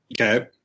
Okay